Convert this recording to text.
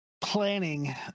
planning